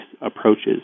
approaches